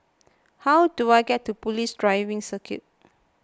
how do I get to Police Driving Circuit